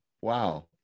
wow